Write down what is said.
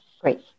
Great